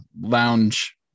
lounge